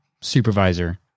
supervisor